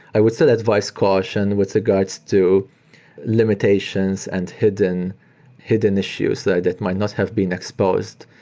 i would still advice caution with regards to limitations and hidden hidden issues that that might not have been exposed,